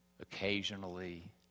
occasionally